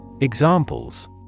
Examples